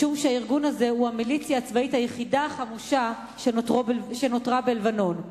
משום שהארגון הזה הוא המיליציה הצבאית היחידה החמושה שנותרה בלבנון.